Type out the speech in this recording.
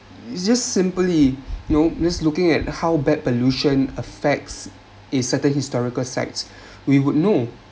just simply you know just looking at how bad pollution affects its certain historical sites we would know